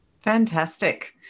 Fantastic